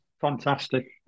Fantastic